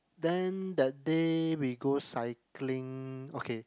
then that day we go cycling okay